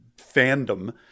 fandom